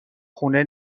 خونه